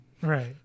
Right